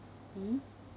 mmhmm